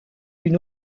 une